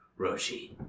Roshi